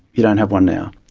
you don't have one now,